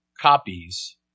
copies